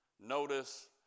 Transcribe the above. Notice